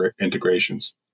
integrations